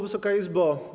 Wysoka Izbo!